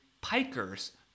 pikers